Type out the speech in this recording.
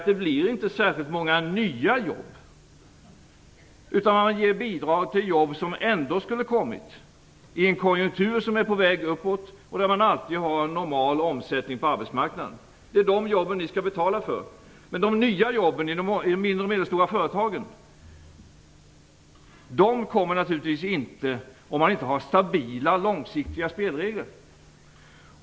Det innebär att man ger bidrag till jobb som ändå skulle ha skapats i en konjunktur som är på väg uppåt, där man har normal omsättning på arbetsmarknaden. De jobben skall ni betala för! Men nya jobb i mindre och medelstora företag skapas naturligtvis inte om man inte har stabila, långsiktiga spelregler.